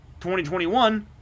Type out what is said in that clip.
2021